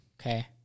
Okay